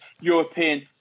European